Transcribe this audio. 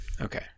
Okay